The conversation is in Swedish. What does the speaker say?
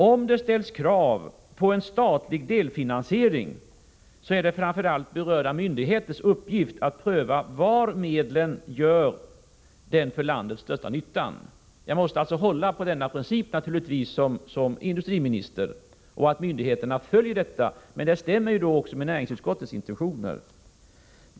Om det ställs krav på en statlig delfinansiering är det framför allt berörda myndigheters uppgift att pröva var medlen gör den för landet största nyttan. Som industriminister måste jag naturligtvis hålla på denna princip och utgå ifrån att myndigheterna följer den. Detta stämmer också med näringsutskottets intentioner.